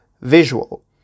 visual